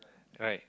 right